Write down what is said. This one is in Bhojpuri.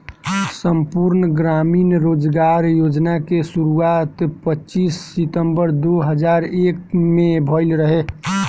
संपूर्ण ग्रामीण रोजगार योजना के शुरुआत पच्चीस सितंबर दो हज़ार एक में भइल रहे